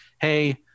Hey